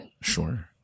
Sure